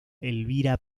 elvira